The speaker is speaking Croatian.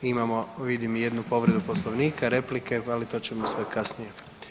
Imamo vidim i jednu povredu Poslovnika, replike, ali to ćemo sve kasnije.